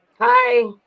Hi